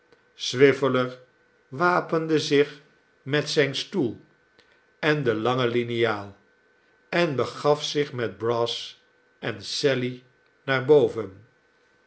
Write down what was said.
swiveller wapende zich met zijn stoel en de lange liniaal en begaf zich met brass en sally naar boven